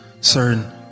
certain